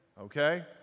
Okay